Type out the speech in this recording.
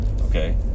Okay